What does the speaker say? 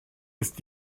ist